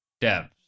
devs